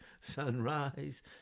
sunrise